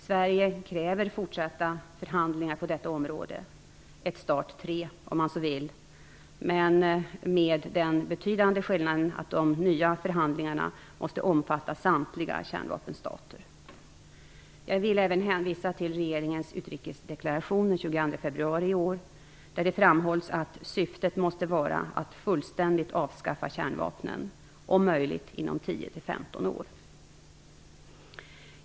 Sverige kräver fortsatta förhandlingar på detta område, ett START III om man så vill, men med den betydande skillnaden att de nya förhandlingarna måste omfatta samtliga kärnvapenstater. Jag vill även hänvisa till regeringens utrikesdeklaration den 22 februari i år, där det framhålls att syftet måste vara att fullständigt avskaffa kärnvapnen, om möjligt inom tio till femton år.